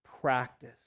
practice